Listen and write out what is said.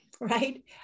right